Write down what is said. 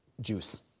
juice